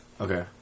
Okay